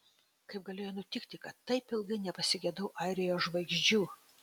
kaip galėjo nutikti kad taip ilgai nepasigedau airijos žvaigždžių